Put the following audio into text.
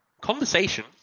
conversation